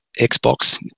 Xbox